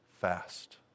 fast